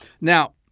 Now